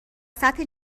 سطح